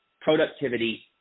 productivity